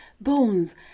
bones